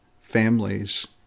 families